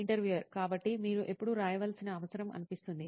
interviewer కాబట్టి మీరు ఎప్పుడు రాయవలసిన అవసరం అనిపిస్తుంది